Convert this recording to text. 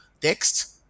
text